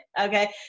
Okay